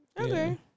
Okay